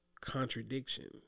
contradiction